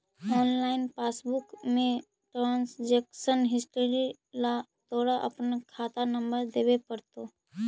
online passbook में transaction history ला तोरा अपना खाता नंबर देवे पडतो